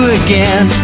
again